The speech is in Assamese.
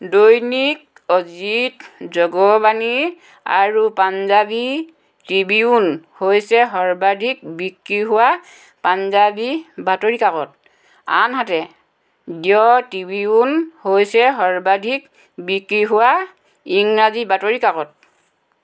দৈনিক অজিত জগবাণী আৰু পাঞ্জাৱী ট্ৰিবিউন হৈছে সৰ্বাধিক বিক্ৰী হোৱা পাঞ্জাৱী বাতৰি কাকত আনহাতে দ্য ট্ৰিবিউন হৈছে সৰ্বাধিক বিক্ৰী হোৱা ইংৰাজী বাতৰি কাকত